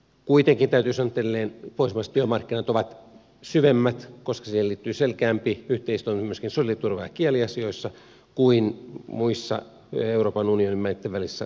kuitenkin täytyy sanoa että edelleen pohjoismaiset työmarkkinat ovat syvemmät koska siihen liittyy selkeämpi yhteistoiminta myöskin sosiaaliturva ja kieliasioissa kuin muissa euroopan unionin maitten välisissä suhteissa